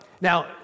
Now